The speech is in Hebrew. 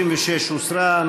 36 הוסרה.